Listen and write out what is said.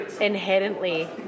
inherently